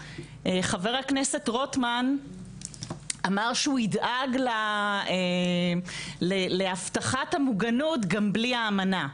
ח"כ רוטמן אמר שהוא ידאג להבטחת המוגנות גם בלי האמנה.